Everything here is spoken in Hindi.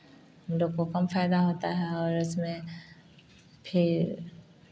हम लोगों को कम फ़ायदा होता है और इसमें फिर